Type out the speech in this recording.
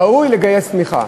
ראוי לגייס תמיכה".